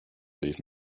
leave